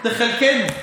לחלקנו.